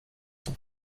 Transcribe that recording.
son